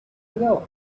ago